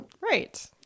Right